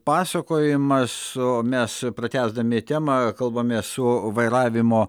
pasakojimas o mes pratęsdami temą kalbamės su vairavimo